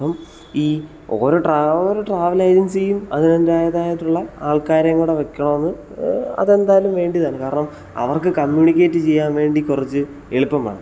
അപ്പം ഈ ഓരോ ട്രാവലും ട്രാവൽ ഏജൻസിയും അതിൻറ്റേതായിട്ടുള്ള ആൾക്കാരെയും കൂടെ വയ്ക്കുന്നത് അതെന്തായാലും വേണ്ടിയതാണ് കാരണം അവർക്ക് കമ്മ്യൂണിക്കേറ്റ് ചെയ്യാൻ വേണ്ടി കുറച്ച് എളുപ്പമാണ്